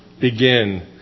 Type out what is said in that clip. begin